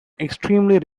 extremely